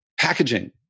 packaging